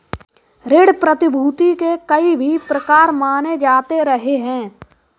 ऋण प्रतिभूती के कई प्रकार भी माने जाते रहे हैं